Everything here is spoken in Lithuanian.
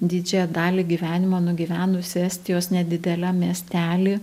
didžiąją dalį gyvenimą nugyvenusi estijos nedideliam miestely